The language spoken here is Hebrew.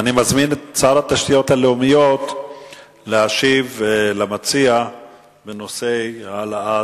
אני מזמין את שר התשתיות הלאומיות להשיב למציע בנושא העלאת